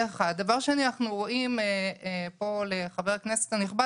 דבר שני: לחבר הכנסת הנכבד,